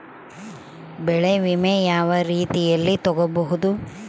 ಬೆಳೆ ವಿಮೆ ಯಾವ ರೇತಿಯಲ್ಲಿ ತಗಬಹುದು?